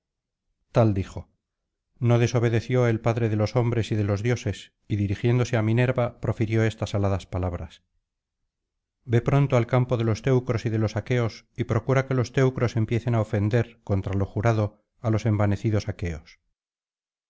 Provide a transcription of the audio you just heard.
tal dijo no desobedeció el padre de los hombres y de los dioses y dirigiéndose á minerva profirió estas aladas palabras ve pronto al campo de los teucros y de los aqueos y procura que los teucros empiecen á ofender contra lo jurado á los envanecidos aqueos